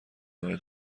همه